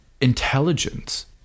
intelligence